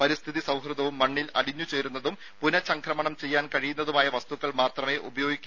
പരിസ്ഥിതി സൌഹൃദവും മണ്ണിൽ അലിഞ്ഞു ചേരുന്നതും പുനചംക്രമണം ചെയ്യാൻ കഴിയുന്നതുമായ വസ്തുക്കൾ മാത്രമേ ഉപയോഗിക്കാവൂ